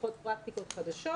צומחות פרקטיקות חדשות